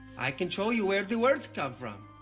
i can show you where the words come from.